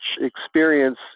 experience